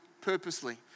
purposely